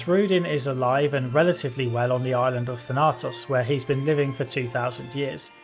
nasrudin is alive and relatively well on the island of thanatos, where he's been living for two thousand years.